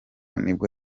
nibwo